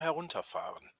herunterfahren